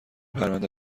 پرونده